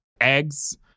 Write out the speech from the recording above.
eggs